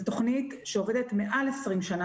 זה תוכנית שעובדת יותר מ-20 שנים,